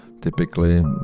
typically